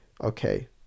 okay